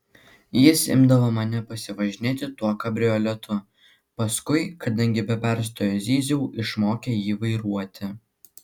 jis imdavo mane pasivažinėti tuo kabrioletu paskui kadangi be perstojo zyziau išmokė jį vairuoti